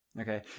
Okay